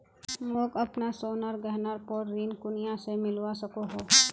मोक अपना सोनार गहनार पोर ऋण कुनियाँ से मिलवा सको हो?